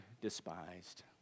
despised